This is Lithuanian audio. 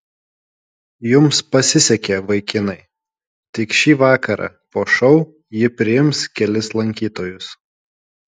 jums pasisekė vaikinai tik šį vakarą po šou ji priims kelis lankytojus